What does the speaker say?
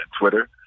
Twitter